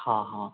हँ हँ